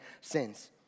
sins